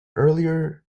earlier